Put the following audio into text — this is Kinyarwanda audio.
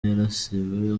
yarasiwe